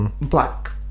Black